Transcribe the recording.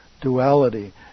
duality